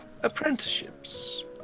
Apprenticeships